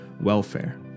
welfare